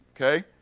okay